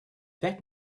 that